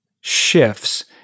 shifts